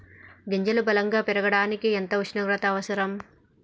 గింజలు బలం గా పెరగడానికి ఎంత ఉష్ణోగ్రత అవసరం?